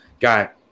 Got